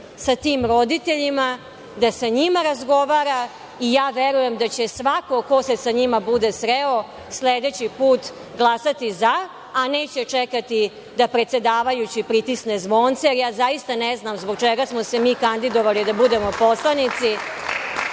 sa tim roditeljima, da sa njima razgovara i ja verujem da će svako ko se sa njima bude sreo sledeći put glasati za, a neće čekati da predsedavajući pritisne zvonce. Zaista ne znam zbog čega smo se mi kandidovali da budemo poslanici